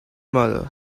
mother